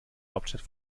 hauptstadt